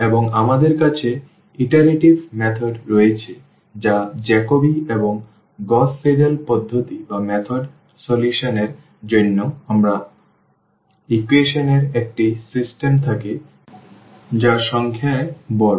এবং আমাদের কাছে ইটারেটিভ পদ্ধতি রয়েছে যা জ্যাকোবি এবং গাউস সিডেল পদ্ধতি সমাধান এর জন্য যখন আমাদের ইকুয়েশন এর একটি সিস্টেম থাকে যা সংখ্যায় বড়